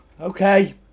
Okay